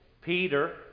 Peter